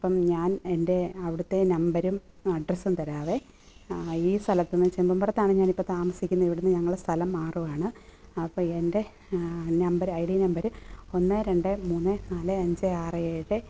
അപ്പം ഞാൻ എന്റെ അവിടുത്തെ നമ്പരും അഡ്രസ്സും തരാമേ ഈ സ്ഥലത്തു നിന്ന് ചെങ്ങമ്പുറത്താണ് ഞാനിപ്പോൾ താമസിക്കുന്നത് ഇവിടെ നിന്ന് ഞങ്ങൾ സ്ഥലം മാറുകയാണ് അപ്പോൾ എന്റെ നമ്പർ ഐ ഡി നമ്പർ ഒന്ന് രണ്ട് മൂന്ന് നാല് അഞ്ച് ആറ് ഏഴ്